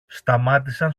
σταμάτησαν